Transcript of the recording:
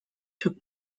took